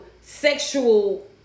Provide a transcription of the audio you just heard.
sexual